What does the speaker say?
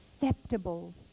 acceptable